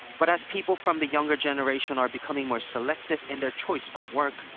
but as people from the younger generation are becoming more selective in their choice of work,